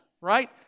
right